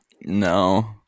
no